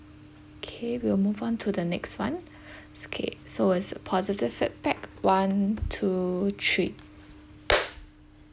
okay we'll move on to the next one okay so it's a positive feedback one two three